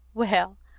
well,